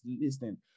listening